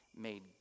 made